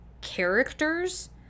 characters